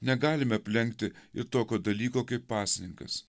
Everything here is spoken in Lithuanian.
negalime aplenkti ir tokio dalyko kaip pasninkas